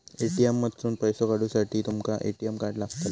ATM मधसून पैसो काढूसाठी तुमका ए.टी.एम कार्ड लागतला